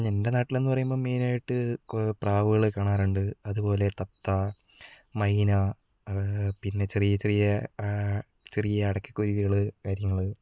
എൻ്റെ നാട്ടിൽ എന്ന് പറയുമ്പം മെയിൻ ആയിട്ട് പ്രാവുകളെ കാണാറുണ്ട് അതുപോലെ തത്ത മൈന പിന്നെ ചെറിയ ചെറിയ ചെറിയ അടക്ക കുരുവികൾ കാര്യങ്ങൾ